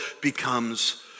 becomes